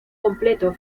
completo